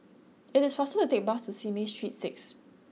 it is faster to take the bus to Simei Street six